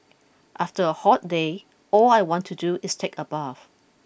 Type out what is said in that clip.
after a hot day all I want to do is take a bath